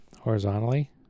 horizontally